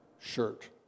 shirt